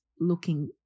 looking